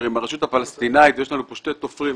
עם הרשות הפלסטינית ויש לנו כאן שני תופרים,